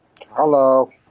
Hello